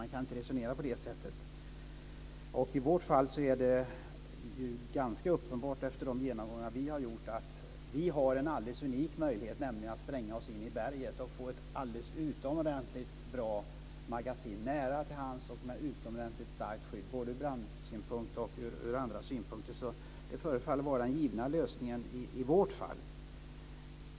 Man kan inte resonera på det sättet. I vårt fall är det ganska uppenbart, efter de genomgångar vi har gjort, att vi har en alldeles unik möjlighet, nämligen att spränga oss in i berget och få ett alldeles utomordentligt bra magasin - nära till hands och med utomordentligt starkt skydd, både ur brandsynpunkt och ur andra synpunkter. Det förefaller vara den givna lösningen i vårt fall.